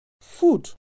Food